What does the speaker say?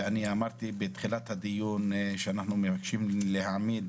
ואני אמרתי בתחילת הדיון, שאנחנו מבקשים להעמיד